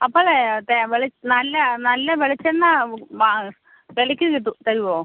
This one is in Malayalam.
അപ്പോഴേ നല്ല നല്ല വെളിച്ചെണ്ണ വിലക്ക് കിട്ടും തരുമോ